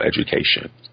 education